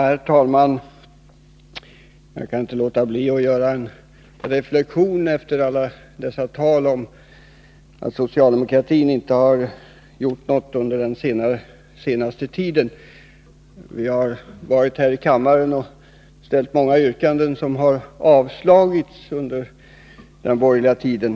Herr talman! Jag kan inte låta bli att göra ett par reflexioner efter allt detta tal om att socialdemokratin inte har gjort något under den senaste tiden. Vi har varit här i kammaren och ställt många yrkanden som avslagits under den borgerliga tiden.